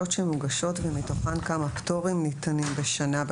שמוגשות ומתוכן כמה פטורים ניתנים בשנה,